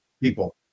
people